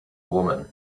woman